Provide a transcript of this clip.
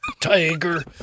Tiger